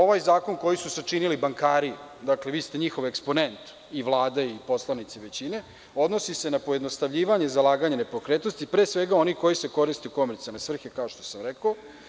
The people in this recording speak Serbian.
Ovaj Zakon koji su sačinili bankari, dakle vi ste njihov eksponent i Vlada i poslanici većine, odnosi se na pojednostavljivanje zalaganja nepokretnosti, pre svega onih koji se koriste u komercijalne svrhe, kao što sam rekao.